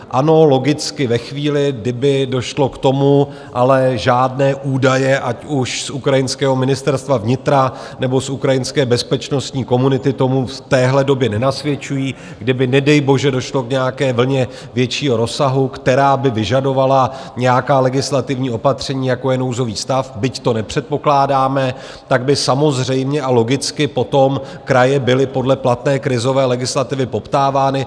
Ano, logicky ve chvíli, kdy by došlo k tomu ale žádné údaje, ať už z ukrajinského Ministerstva vnitra nebo z ukrajinské bezpečnostní komunity tomu v téhle době nenasvědčují kdyby nedejbože došlo k nějaké vlně většího rozsahu, která by vyžadovala nějaká legislativní opatření, jako je nouzový stav, byť to nepředpokládáme, tak by samozřejmě a logicky potom kraje byly podle platné krizové legislativy poptávány.